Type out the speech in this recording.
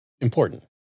important